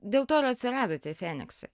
dėl to ir atsirado tie feniksai